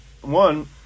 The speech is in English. one